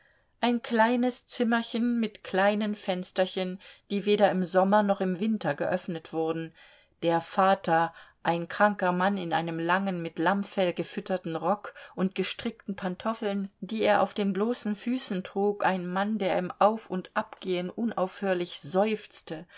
ein kleines zimmerchen mit kleinen fensterchen die weder im sommer noch im winter geöffnet wurden der vater ein kranker mann in einem langen mit lammfell gefütterten rock und gestrickten pantoffeln die er auf den bloßen füßen trug ein mann der im aufundabgehen unaufhörlich seufzte